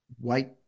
white